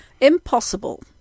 Impossible